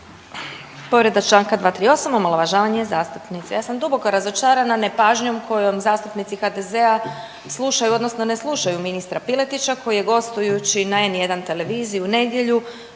Povreda članka 238. omalovažavanje zastupnice. Ja sam duboko razočarana nepažnjom kojom zastupnici HDZ-a slušaju, odnosno ne slušaju ministra Piletića koji je gostujući na N1 televiziji u nedjelju